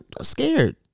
scared